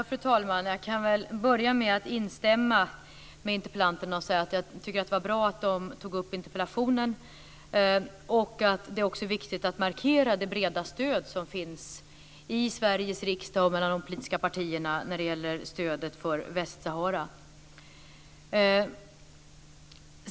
Fru talman! Jag börjar med att instämma med interpellanten. Det var bra att Eva Zetterberg tog upp denna interpellation. Det är viktigt att markera det breda stöd som finns i Sveriges riksdag och bland de politiska partierna när det gäller Västsahara.